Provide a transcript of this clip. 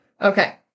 Okay